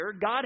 God